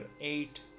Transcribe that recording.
eight